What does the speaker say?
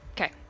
Okay